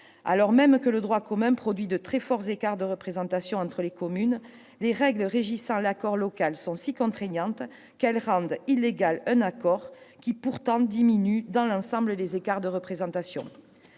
Alors même que le droit commun produit de très forts écarts de représentation entre les communes, les règles régissant l'accord local sont si contraignantes qu'elles rendent illégal un accord qui, pourtant, diminue dans l'ensemble les écarts de représentation